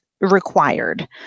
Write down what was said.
required